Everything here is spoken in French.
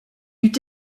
eut